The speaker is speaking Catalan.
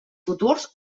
futurs